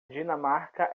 dinamarca